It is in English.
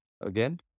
again